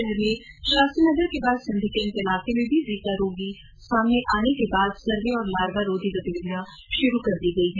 शहर में शास्त्री नगर के बाद सिंधी कैंप इलाके में भी जीका रोगी सामने आने के बाद सर्वे और लार्वा रोधी गतिविधियां शुरू कर दी गई है